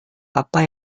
apa